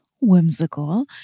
whimsical